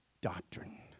doctrine